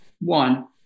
One